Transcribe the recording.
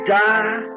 die